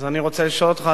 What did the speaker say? אז אני רוצה לשאול אותך,